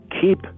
Keep